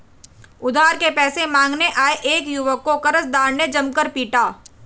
उधार के पैसे मांगने आये एक युवक को कर्जदार ने जमकर पीटा